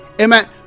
amen